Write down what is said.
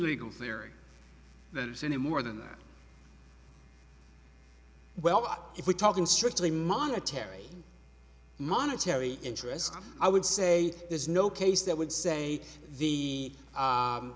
legal theory that any more than that well but if we're talking strictly monetary monetary interest i would say there's no case that would say the